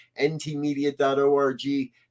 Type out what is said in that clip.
ntmedia.org